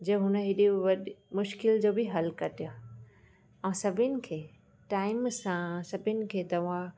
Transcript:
जे हुन हेॾे वॾे मुश्किल जो बि हलु कढिया ऐं सभिनि खे टाइम सां सभिनि खे दवा